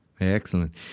Excellent